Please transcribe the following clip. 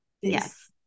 yes